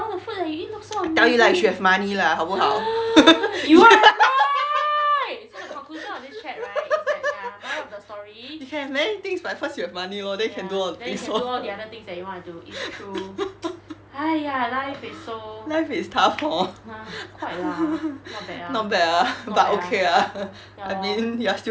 I tell you lah you should have money lah 好不好 you can have many things but cause you have money lor then you can do all the things lor life is tough hor not bad ah but okay ah I mean you're still here ah ha